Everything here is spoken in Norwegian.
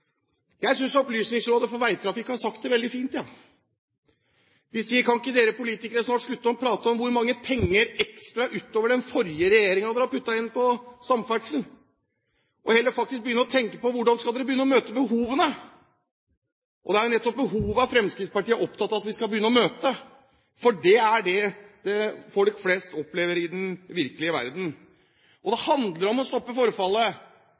Jeg synes Opplysningsrådet for Veitrafikken har sagt det veldig fint. De sier: Kan ikke dere politikere snart slutte å prate om hvor mye mer penger dere nå har brukt på samferdsel enn den forrige regjeringen puttet inn, og heller faktisk begynne å tenke på hvordan dere skal møte behovene? Det er jo nettopp behovene Fremskrittspartiet er opptatt av at vi skal begynne å møte, for det er det folk flest opplever i den virkelige verdenen. Det handler om å stoppe forfallet.